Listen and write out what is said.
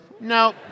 No